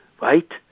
right